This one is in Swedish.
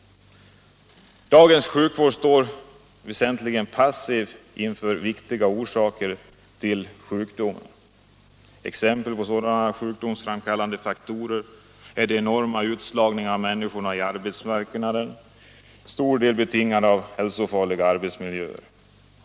Dagens sjukvård står väsentligen passiv inför viktiga orsaker till sjukdom. Exempel på sådana sjukdomsframkallande faktorer är den enorma utslagningen av människor på arbetsmarknaden, till stor del betingad av hälsofarliga arbetsmiljöer.